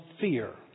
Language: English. fear